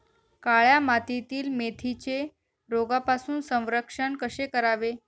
काळ्या मातीतील मेथीचे रोगापासून संरक्षण कसे करावे?